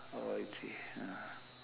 oh I see ah